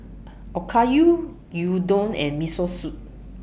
Okayu Gyudon and Miso Soup